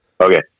okay